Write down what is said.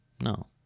No